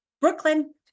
Brooklyn